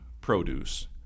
produce